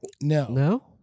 No